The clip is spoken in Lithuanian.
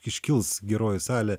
iškils geroji salė